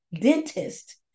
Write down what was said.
dentist